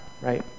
right